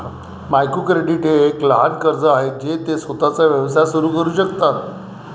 micro credit हे एक लहान कर्ज आहे जे ते स्वतःचा व्यवसाय सुरू करू शकतात